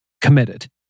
committed